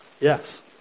Yes